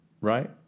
right